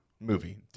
movie